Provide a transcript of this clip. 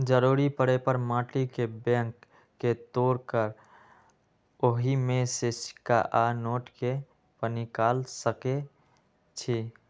जरूरी परे पर माटी के बैंक के तोड़ कऽ ओहि में से सिक्का आ नोट के पनिकाल सकै छी